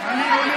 לא לא לא.